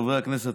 חברי הכנסת,